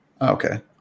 okay